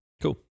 cool